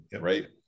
right